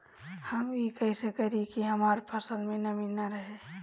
हम ई कइसे करी की हमार फसल में नमी ना रहे?